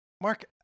Mark